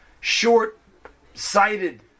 short-sighted